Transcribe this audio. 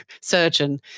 surgeon